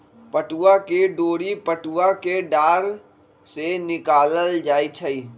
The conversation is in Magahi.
पटूआ के डोरा पटूआ कें डार से निकालल जाइ छइ